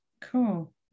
cool